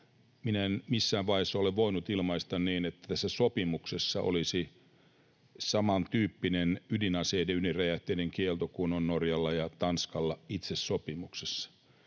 Minä en missään vaiheessa ole voinut ilmaista niin, että tässä sopimuksessa olisi samantyyppinen ydinaseiden ja ydinräjähteiden kielto kuin on Norjalla ja Tanskalla itse sopimuksessa.